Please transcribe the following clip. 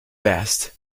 best